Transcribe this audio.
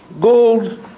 gold